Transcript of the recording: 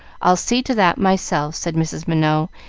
i'll see to that myself, said mrs. minot,